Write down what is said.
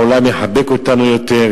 העולם יחבק אותנו יותר,